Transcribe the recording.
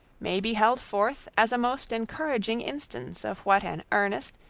may be held forth as a most encouraging instance of what an earnest,